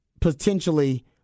potentially